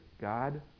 God